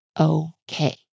okay